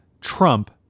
Trump